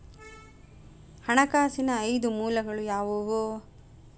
ಹಣಕಾಸಿನ ಐದು ಮೂಲಗಳು ಯಾವುವು?